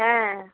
হ্যাঁ